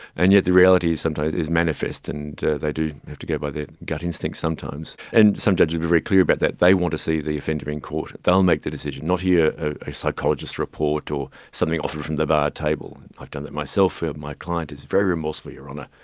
and yet the reality sometimes is manifest and they do have to go by their gut instincts sometimes. and some judges are very clear about but that, they want to see the offender in court, they will make the decision, not hear a psychologist's report or something offered from the bar table. i've done that myself, ah my client is very remorseful, your honour,